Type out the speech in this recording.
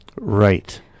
right